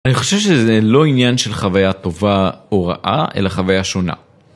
אני חושב שזה לא עניין של חוויה טובה או רעה, אלא חוויה שונה.